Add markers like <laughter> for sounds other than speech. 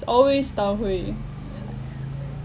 it's always tau huay <noise>